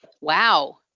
Wow